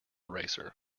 eraser